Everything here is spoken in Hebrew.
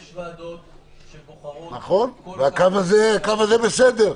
יש ועדות שבוחרות --- והקו הזה בסדר.